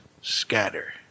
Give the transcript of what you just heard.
scatter